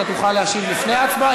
תוכל להשיב לפני ההצבעה,